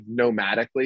nomadically